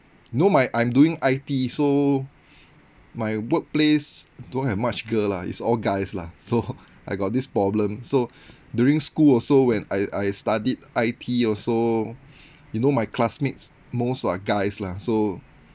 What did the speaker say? know my I'm doing I_T so my workplace don't have much girl lah it's all guys lah so I got this problem so during school also when I I studied I_T also you know my classmates most are guys lah so